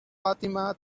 fatima